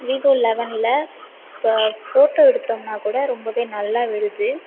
Vivo லவெனில் இப்போது photo எடுத்தோம்னா கூட ரொம்ப நல்லா விழுது